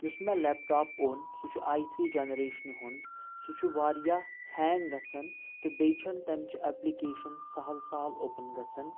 یُس مےٚ لیپٹاپ اوٚن سہُ چھُ آیی تھری جنریشنہِ ہُند سہُ چھُ واریاہ ہینگ گژھان تہٕ بییہِ چھنہٕ تمچہِ اپلکیشن سہل سہل اوپُن گژھان